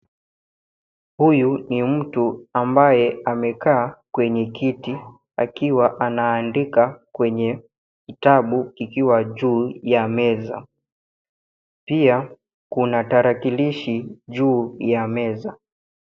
Huyu ni mtu ambaye amekaa kwenye kiti akiwa anaandika kwenye kitabu kikiwa juu ya meza. Pia kuna tarakilishi juu ya meza.